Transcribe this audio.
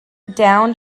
downed